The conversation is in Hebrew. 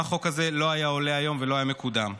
החוק הזה לא היה עולה היום ולא היה מקודם: